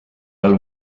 ajal